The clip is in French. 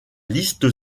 liste